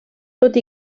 tot